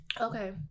Okay